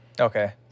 okay